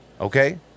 Okay